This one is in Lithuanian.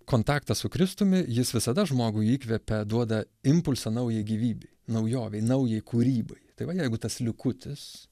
kontaktą su kristumi jis visada žmogui įkvepia duoda impulsą naujai gyvybei naujovei naujai kūrybai tai va jeigu tas likutis